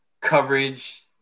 coverage